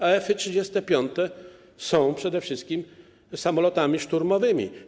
A F-35 są przede wszystkim samolotami szturmowymi.